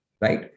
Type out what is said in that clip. right